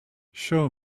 show